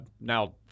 now